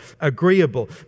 agreeable